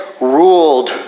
ruled